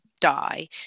die